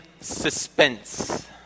suspense